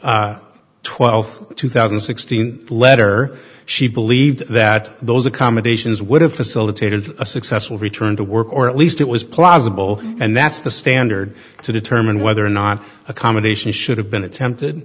march twelfth two thousand and sixteen letter she believed that those accommodations would have facilitated a successful return to work or at least it was plausible and that's the standard to determine whether or not accommodations should have been attempted